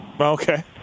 Okay